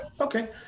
Okay